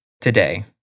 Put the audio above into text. Today